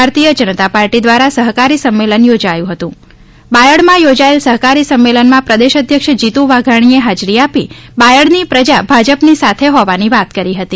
ભારતિય જનતા પાર્ટી દ્વારા સહકારી સંમેલન યોજાયું હતું બાયડમાં યોજાયેલ સહકારી સંમેલનમાં પ્રદેશ અધ્યક્ષ જીતુ વાઘાણીએ હાજરી આપી બાયડની પ્રજા ભાજપની સાથે હોવાની વાત કરી હતી